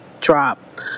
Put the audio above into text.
drop